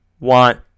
want